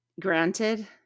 Granted